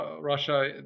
Russia